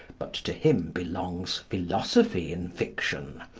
but to him belongs philosophy in fiction.